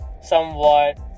somewhat